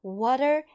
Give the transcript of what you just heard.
water